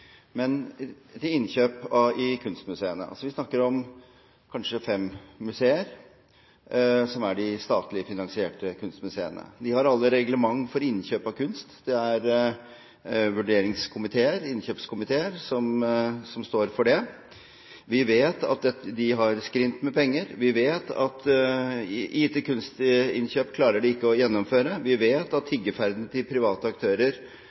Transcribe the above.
til innkjøp i kunstmuseene. Vi snakker om kanskje fem museer, som er de statlig finansierte kunstmuseene. De har alle reglementer for innkjøp av kunst, det er vurderingskomiteer eller innkjøpskomiteer som står for det. Vi vet at de har skrint med penger, vi vet at gitte kunstinnkjøp klarer de ikke å gjennomføre, og vi vet at tiggerferden til private aktører